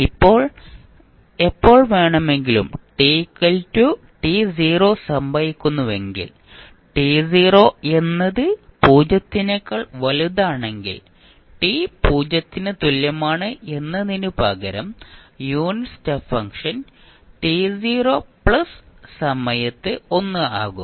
ഇപ്പോൾ എപ്പോൾ വേണമെങ്കിലും t സംഭവിക്കുന്നുവെങ്കിൽ എന്നത് 0 നെക്കാൾ വലുതാണെങ്കിൽ t 0 ന് തുല്യമാണ് എന്നതിനുപകരം യൂണിറ്റ് സ്റ്റെപ്പ് ഫംഗ്ഷൻ സമയത്ത് 1 ആകും